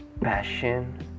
passion